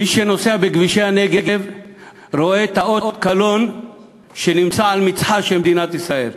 מי שנוסע בכבישי הנגב רואה את אות הקלון שנמצא על מצחה של מדינת ישראל,